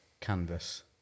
canvas